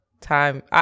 Time